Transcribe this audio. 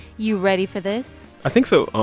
you ready for this? i think so.